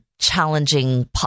challenging